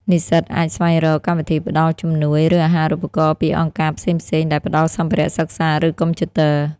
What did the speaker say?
និស្សិតអាចស្វែងរក កម្មវិធីផ្តល់ជំនួយ ឬអាហារូបករណ៍ពីអង្គការផ្សេងៗដែលផ្តល់សម្ភារៈសិក្សា ឬកុំព្យូទ័រ។